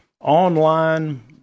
online